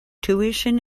tuition